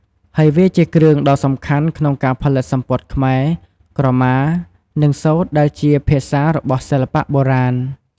ហើយវាជាគ្រឿងដ៏សំខាន់ក្នុងការផលិតសំពត់ខ្មែរ ក្រមា និងសូត្រដែលជាភាសារបស់សិល្បៈបុរាណ។